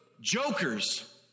jokers